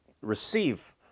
receive